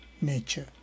nature